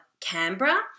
Canberra